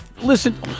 listen